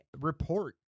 report